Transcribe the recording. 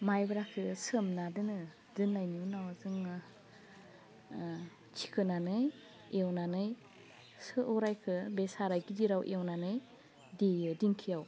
माइब्राखौ सोमना दोनो दोननायनि उनाव जोङो थिखोनानै एवनानै सौराइखौ बे साराइ गिदिराव एवनानै देयो दिंखियाव